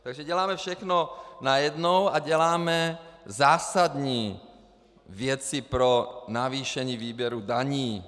Takže děláme všechno najednou a děláme zásadní věci pro navýšení výběru daní.